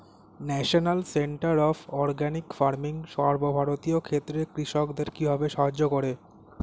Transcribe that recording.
National centre of organic farming সর্বভারতীয় ক্ষেত্রে কৃষকদের কিভাবে সাহায্য করে?